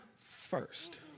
first